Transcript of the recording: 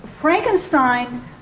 Frankenstein